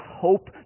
hope